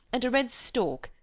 and a red stork,